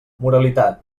moralitat